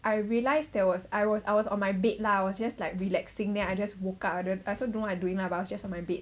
I realised there was I was I was on my bed lah was just like relaxing then I just woke up ah then I also don't want to doing lah but I was just on my bed